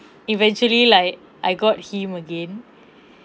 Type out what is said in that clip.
eventually like I got him again